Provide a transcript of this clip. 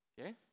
Okay